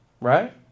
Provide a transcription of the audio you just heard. Right